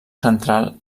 central